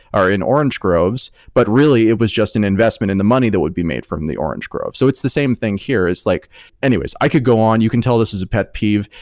or in orange groves, but really it was just an investment in the money that would be made from the orange grove. so it's the same thing here, is like anyways, i could go on. you can tell this is a pet peeve.